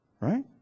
Right